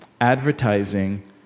advertising